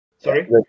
Sorry